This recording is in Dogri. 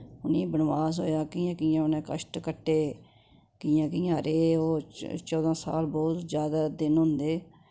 उनें बनवास होया कियां कियां उनैं कश्ट कट्टे कियां कियां रेह् ओह् च चौदह् साल बोह्त जादै दिन होंदे